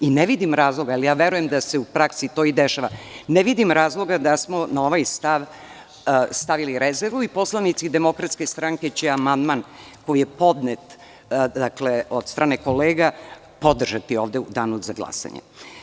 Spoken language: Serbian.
Ne vidim razloga, ali verujem da se u praksi to i dešava, da smo na ovaj stav stavili rezervu i poslanici Demokratske stranke će amandman koji je podnet, dakle, od strane kolega, podržati ovde u danu za glasanje.